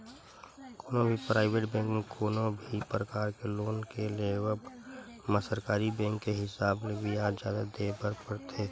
कोनो भी private bank म कोनो भी परकार के लोन के लेवब म सरकारी बेंक के हिसाब ले बियाज जादा देय बर परथे